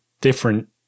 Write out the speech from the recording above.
different